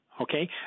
okay